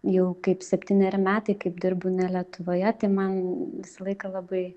jau kaip septyneri metai kaip dirbu ne lietuvoje tai man visą laiką labai